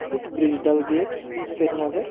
foot bridge Dalgate Srinagar